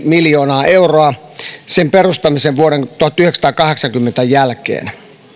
miljoonaa euroa sen perustamisen vuoden tuhatyhdeksänsataakahdeksankymmentä jälkeen